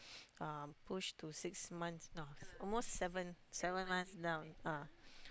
um push to six months no almost seven seven months down ah